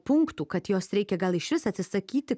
punktų kad jos reikia gal išvis atsisakyti